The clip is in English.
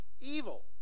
evil